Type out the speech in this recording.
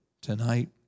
tonight